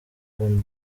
urban